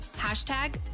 Hashtag